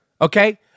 Okay